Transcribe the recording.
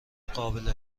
قابل